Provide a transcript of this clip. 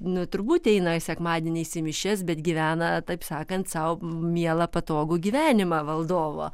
nu turbūt eina sekmadieniais į mišias bet gyvena taip sakant sau mielą patogų gyvenimą valdovo